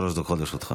שלוש דקות לרשותך.